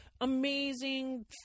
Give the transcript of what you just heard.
amazing